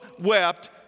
wept